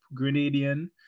Grenadian